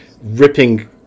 ripping